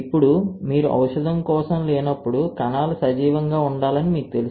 ఇప్పుడు మీరు ఔషధం కోసం లేనప్పుడు కణాలు సజీవంగా ఉండాలని మీకు తెలుసు